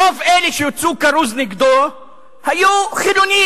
רוב אלה שהוציאו כרוז נגדו היו חילונים.